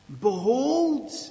Behold